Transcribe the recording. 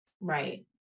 right